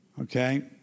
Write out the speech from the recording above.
okay